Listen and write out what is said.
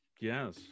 Yes